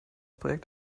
projekt